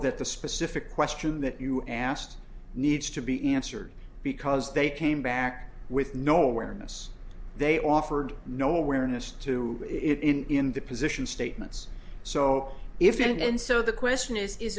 that the specific question that you asked needs to be answered because they came back with no awareness they offered no awareness to it in in the position statements so if and so the question is is